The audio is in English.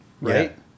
Right